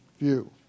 view